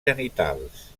genitals